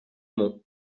monts